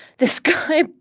this guy,